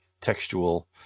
textual